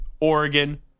Oregon